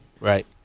Right